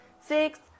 six